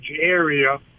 area